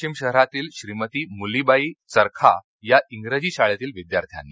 वाशिम शहरातील श्रीमती मुलीबाई चरखा या इंग्रजी शाळेतील विद्यार्थ्यांनी